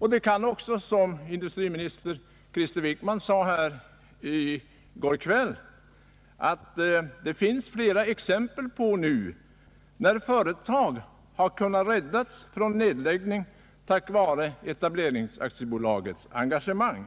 har förts. Som industriminister Krister Wickman nämnde i går kväll finns det nu flera exempel på att företag har kunnat räddas från nedläggning tack vare etableringsaktiebolagets engagemang.